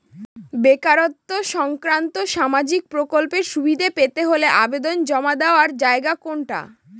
বেকারত্ব সংক্রান্ত সামাজিক প্রকল্পের সুবিধে পেতে হলে আবেদন জমা দেওয়ার জায়গা কোনটা?